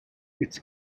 its